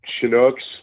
Chinooks